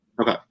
Okay